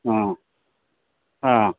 ಹಾಂ ಹಾಂ